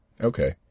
Okay